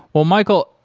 well michael,